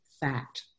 fat